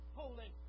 holy